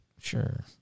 Sure